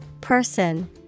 Person